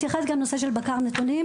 נתייחס גם לבקר נתונים.